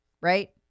right